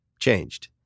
changed